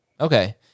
Okay